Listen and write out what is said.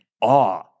awe